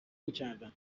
میکردم